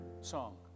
song